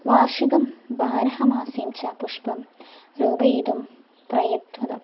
वार्षिकं वराहः मासीं छ पुष्पं रोपयितुं प्रयच्छध्वम्